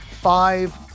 five